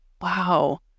Wow